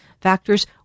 factors